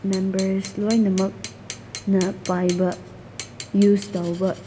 members ꯂꯣꯏꯅꯃꯛꯅ ꯄꯥꯏꯕ use ꯇꯧꯕ